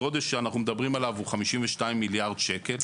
הגודש שאנו מדברם עליו הוא 52 מיליארד שקל,